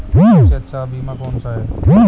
सबसे अच्छा बीमा कौनसा है?